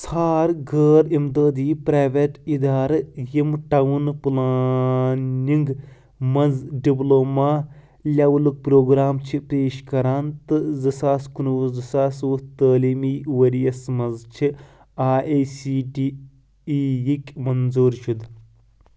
ژھار غٲر اِمدٲدی پرٛایویٹ اِدارٕ یِم ٹاوُن پُلانِنٛگ مَنٛز ڈِپلوما لیٚولُک پرٛوگرام چھِ پیش کَران تہٕ زٕ ساس کُنوُہ زٕ ساس وُہ تعلیٖمی ؤرۍ یَس مَنٛز چھِ آٮٔۍ اَے سی ٹی ایی یِکۍ منظوٗر شُد